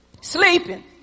Sleeping